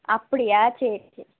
அப்படியா சரி சரி